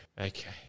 Okay